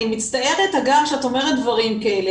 אני מצטערת הגר שאת אומרת דברים כאלה,